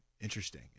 Interesting